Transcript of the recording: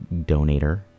donator